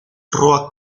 road